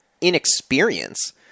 inexperience